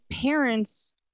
parents